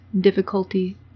difficulty